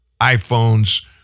iPhones